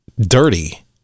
dirty